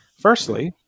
Firstly